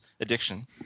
addiction